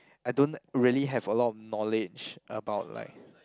I don't really have a lot of knowledge about like